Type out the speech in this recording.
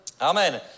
Amen